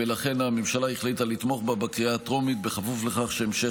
ולכן הממשלה החליטה לתמוך בה בקריאה הטרומית בכפוף לכך שבהמשך